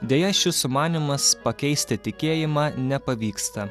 deja šis sumanymas pakeisti tikėjimą nepavyksta